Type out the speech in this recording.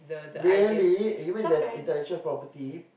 really you mean there's intellectual property